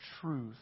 truth